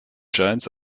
giants